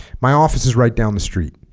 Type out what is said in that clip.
my office is right down the street